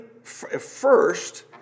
first